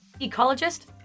Ecologist